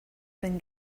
been